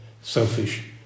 selfish